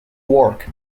work